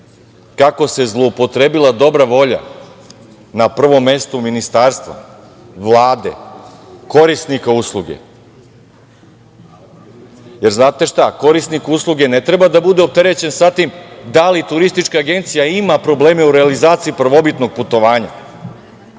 kako se zloupotrebila dobra volja na prvom mestu ministarstva, Vlade, korisnika usluge. Znate šta, korisnik usluge ne treba da bude opterećen sa tim da li turistička agencija ima probleme u realizaciji prvobitnog putovanja.